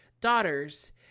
daughters